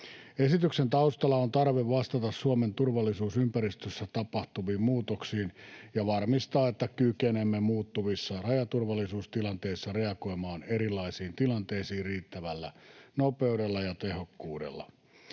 Esityksen taustalla on tarve vastata Suomen turvallisuusympäristössä tapahtuviin muutoksiin ja varmistaa, että kykenemme muuttuvissa rajaturvallisuustilanteissa reagoimaan erilaisiin tilanteisiin riittävällä nopeudella ja tehokkuudella.